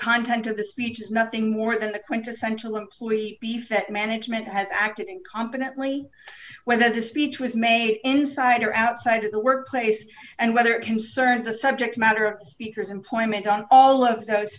content of the speech is nothing more than the quintessential employee beef that management has acted incompetently when the speech was made inside or outside of the workplace and whether it concerns the subject matter of speakers employment on all of those